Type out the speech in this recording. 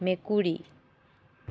মেকুৰী